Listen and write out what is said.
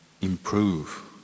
improve